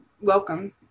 welcome